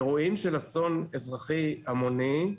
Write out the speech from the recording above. כלומר האירועים של אסון אזרחי המוני.